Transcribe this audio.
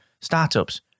startups